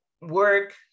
work